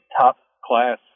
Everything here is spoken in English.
top-class